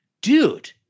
Dude